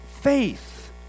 faith